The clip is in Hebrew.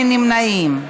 אין נמנעים.